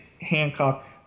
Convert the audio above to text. Hancock